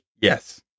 Yes